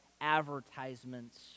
advertisements